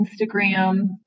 Instagram